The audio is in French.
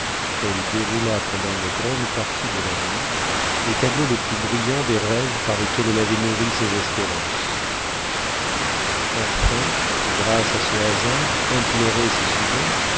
elle déroula pendant une grande partie de la nuit les tableaux les plus brillants des rêves par lesquels elle avait nourri ses espérances enfin grâce à ce hasard imploré si souvent